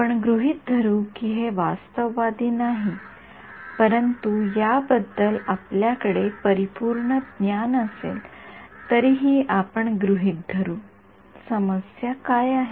आपण गृहित धरू की हे वास्तववादी नाही परंतु याबद्दल आपल्याकडे परिपूर्ण ज्ञान असले तरीही आपण गृहित धरू समस्या काय आहे